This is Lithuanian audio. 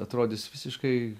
atrodys visiškai